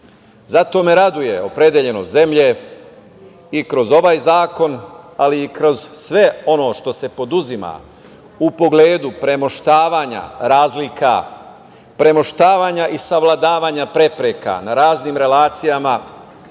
me raduje opredeljenost zemlje i kroz ovaj zakon, ali i kroz sve ono što se preduzima u pogledu premošćavanja razlika, premošćavanja i savladavanja prepreka na raznim relacijama